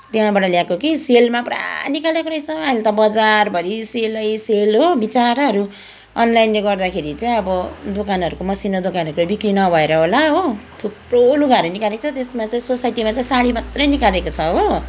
त्यहाँबाट ल्याएको कि सेलमा पुरा निकालेको रहेछ अहिले त बजारभरि सेलैसेल हो बिचराहरू अनलाइनले गर्दाखेरि चाहिँ अब दोकानहरूको मसिनो दोकानहरूको बिक्री नभएर होला हो थुप्रो लुगाहरू निकालेको छ त्यसमा चाहिँ सोसाइटीमा चाहिँ साडी मात्रै निकालेको छ हो